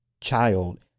child